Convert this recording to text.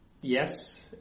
Yes